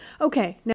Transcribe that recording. Okay